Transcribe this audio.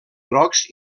grocs